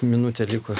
minutę liko